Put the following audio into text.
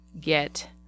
get